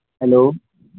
hello